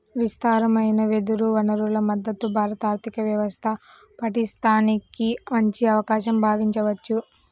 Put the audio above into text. విస్తారమైన వెదురు వనరుల మద్ధతు భారత ఆర్థిక వ్యవస్థ పటిష్టానికి మంచి అవకాశంగా భావించవచ్చు